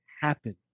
happen